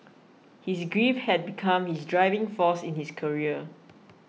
his grief had become his driving force in his career